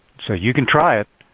so you can try it.